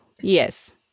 Yes